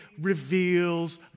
reveals